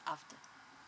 after